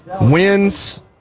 wins